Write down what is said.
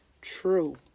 true